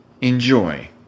enjoy